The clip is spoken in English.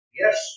Yes